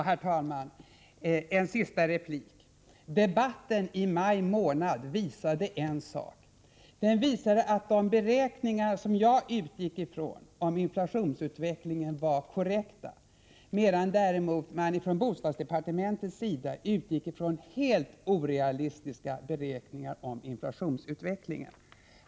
Herr talman! En sista replik. Debatten i maj månad visade en sak, nämligen att de beräkningar om inflationsutvecklingen som jag utgick ifrån var korrekta, medan däremot de beräkningar om inflationsutvecklingen som man från bostadsdepartementets sida utgick ifrån var helt orealistiska.